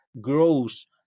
grows